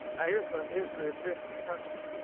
now here is the, here is the fifth principle.